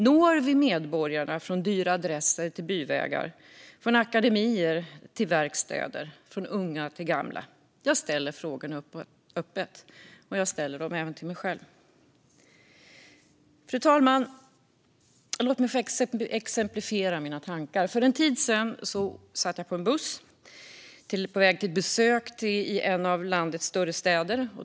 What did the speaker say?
Når vi medborgarna från dyra adresser till byvägar? Från akademier till verkstäder? Från unga till gamla? Jag ställer frågorna öppet, och jag ställer dem även till mig själv. Fru talman! Låt mig exemplifiera mina tankar. För en tid sedan satt jag på en buss på väg till ett besök i en av landets större städer.